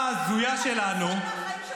ההזויה שלנו -- אין לכם מושג מהחיים שלכם.